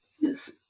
Yes